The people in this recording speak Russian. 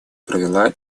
провела